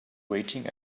waiting